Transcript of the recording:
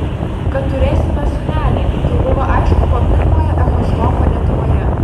kad turėsime sūnelį jau buvo aišku po pirmojo echoskopo lietuvoje